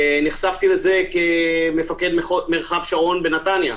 נחשפתי לזה כמפקד מרחב שרון בנתניה.